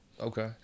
Okay